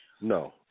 No